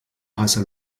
heißer